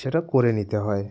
সেটা করে নিতে হয়